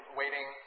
waiting